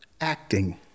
acting